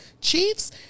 Chiefs